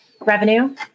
Revenue